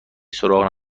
سراغ